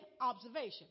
observation